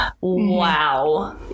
Wow